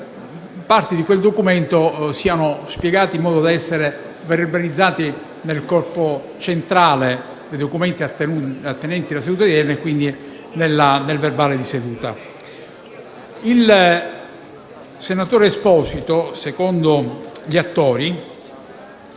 parti di quel documento sono spiegate in modo da essere verbalizzate nel corpo centrale dei documenti attinenti alla seduta odierna e dunque sono allegati al verbale di seduta. Il senatore Stefano Esposito, secondo gli attori,